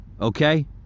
okay